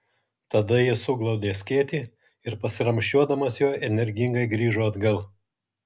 tada jis suglaudė skėtį ir pasiramsčiuodamas juo energingai grįžo atgal